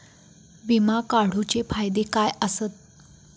विमा काढूचे फायदे काय आसत?